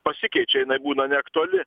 pasikeičia jinai būna neaktuali